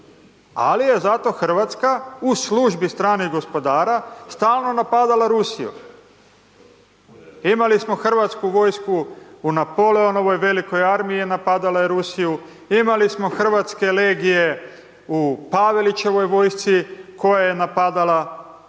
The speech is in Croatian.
ali je zato Hrvatska u službi stranih gospodara stalno napadala Rusiju. Imali smo Hrvatsku vojsku u Napoleonovoj velikoj armiji napadala je Rusiju, imali smo Hrvatske legije u Pavelićevoj vojsci koja je napadala Rusiju,